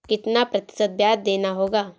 कितना प्रतिशत ब्याज देना होगा?